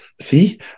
See